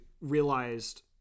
realized